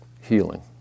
healing